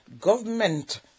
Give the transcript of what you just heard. government